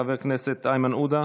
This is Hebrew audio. חבר הכנסת איימן עודה,